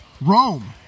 Rome